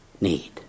need